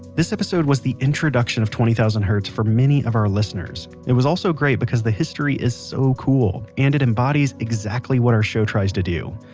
this episode was the introduction of twenty thousand hertz for many of our listeners. it was also great because the history is so cool and it embodies exactly what our show tries to do.